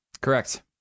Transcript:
Correct